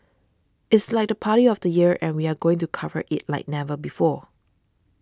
it's like the party of the year and we are going to cover it like never before